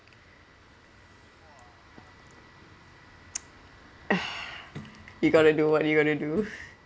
you got to do what you got to do